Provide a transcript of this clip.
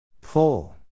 Pull